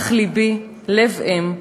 אך לבי, לב אם,